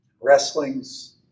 wrestlings